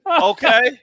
Okay